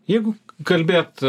jeigu kalbėt